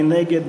מי נגד?